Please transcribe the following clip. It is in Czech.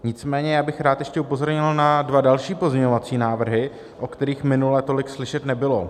Nicméně já bych rád ještě upozornil na dva další pozměňovací návrhy, o kterých minule tolik slyšet nebylo.